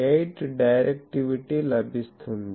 8 directivity లభిస్తుంది